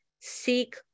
seek